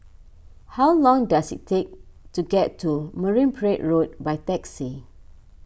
how long does it take to get to Marine Parade Road by taxi